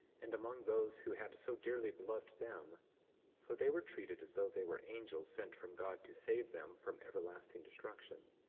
and among those who had so dearly beloved them for they were treated as though they were angels sent from god to save them from everlasting destruction